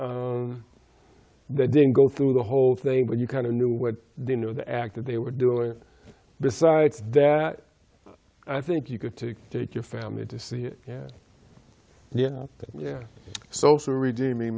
g that didn't go through the whole thing but you kind of knew what they know the act that they were doing besides that i think you could take your family to see yeah yeah yeah social redeeming